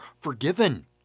forgiven